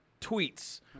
tweets